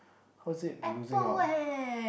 how is it losing out